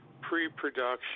pre-production